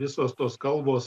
visos tos kalbos